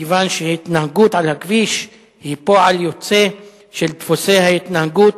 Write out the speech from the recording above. מכיוון שהתנהגות על הכביש היא פועל יוצא של דפוסי התנהגות